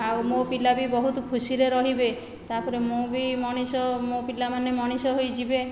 ଆଉ ମୋ' ପିଲା ବି ବହୁତ ଖୁସିରେ ରହିବେ ତା'ପରେ ମୁଁ ବି ମଣିଷ ମୋ' ପିଲାମାନେ ମଣିଷ ହୋଇଯିବେ